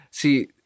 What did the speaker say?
See